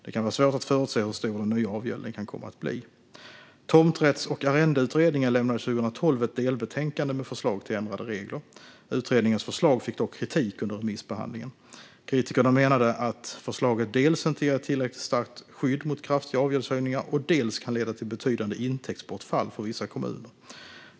Det kan vara svårt att förutse hur stor den nya avgälden kan komma att bli. Tomträtts och arrendeutredningen lämnade 2012 ett delbetänkande med förslag till ändrade regler. Utredningens förslag fick dock kritik under remissbehandlingen. Kritikerna menar att förslaget dels inte ger ett tillräckligt starkt skydd mot kraftiga avgäldshöjningar, dels kan leda till betydande intäktsbortfall för vissa kommuner.